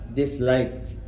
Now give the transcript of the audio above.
disliked